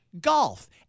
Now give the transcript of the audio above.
golf